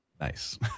nice